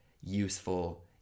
useful